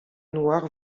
noir